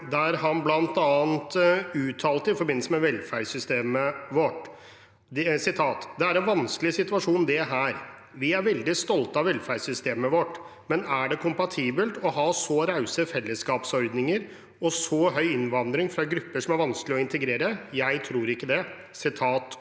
Borten Moe, der han i forbindelse med velferdssystemet vårt bl.a. uttalte: «Det er en vanskelig diskusjon det her. Vi er veldig stolte av velferdssystemet vårt. Men er det kompatibelt å ha så rause fellesskapsordninger og så høy innvandring fra grupper som er vanskelige å integrere? Jeg tror ikke det.»